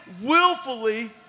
willfully